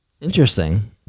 interesting